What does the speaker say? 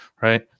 right